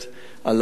עלי הם לא מקובלים.